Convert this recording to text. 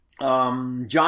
John